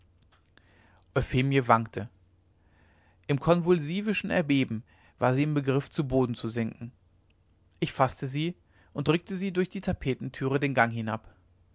euphemie wankte im konvulsivischen erbeben war sie im begriff zu boden zu sinken ich faßte sie und drückte sie durch die tapetentüre den gang hinab